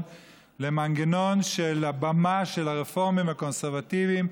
למנגנון של במה לרפורמים והקונסרבטיבים,